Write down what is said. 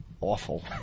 awful